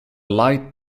light